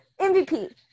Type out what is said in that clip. MVP